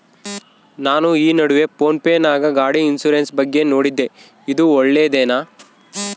ನಾನು ಈ ನಡುವೆ ಫೋನ್ ಪೇ ನಾಗ ಗಾಡಿ ಇನ್ಸುರೆನ್ಸ್ ಬಗ್ಗೆ ನೋಡಿದ್ದೇ ಇದು ಒಳ್ಳೇದೇನಾ?